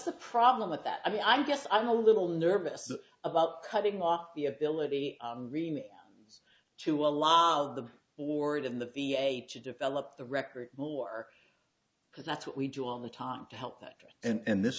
the problem with that i mean i guess i'm a little nervous about cutting off the ability to allow the board in the v a to develop the record more because that's what we do all the time to help that and this